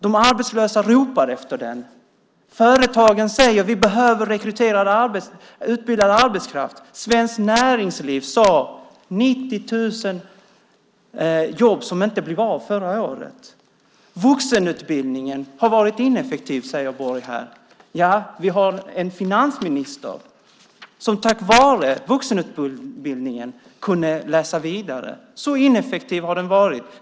De arbetslösa ropar efter den. Företagen säger: Vi behöver rekrytera utbildad arbetskraft. Svenskt Näringsliv sade att det var 90 000 jobb som inte blev av förra året. Vuxenutbildningen har varit ineffektiv, säger Borg här. Ja, vi har en finansminister som tack vare vuxenutbildningen kunde läsa vidare. Så ineffektiv har den varit.